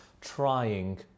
trying